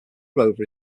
rover